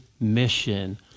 mission